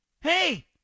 hey